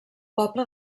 poble